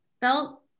felt